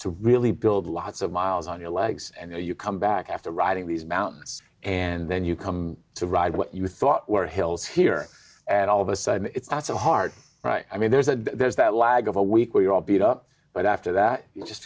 to really build lots of miles on your legs and then you come back after riding these mountains and then you come to ride what you thought were hills here at all of a sudden it's not so hard i mean there's a there's that lag of a week d we're all beat up but after that you just